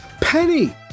Penny